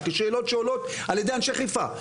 זה שאלות שעולות על ידי אנשי חיפה.